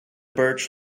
birch